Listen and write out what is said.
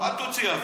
אל תוציא אוויר.